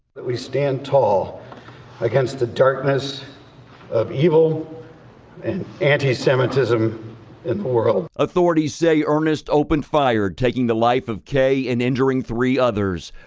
but we stand tall against the darkness of evil and anti semitism in the world. reporter authorities say earnest opened fire, taking the life of kaye and injuring three others.